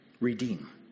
redeem